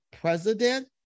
president